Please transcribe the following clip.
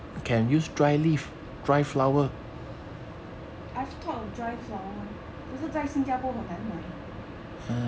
I have thought of dry flower 可是在新加坡很难买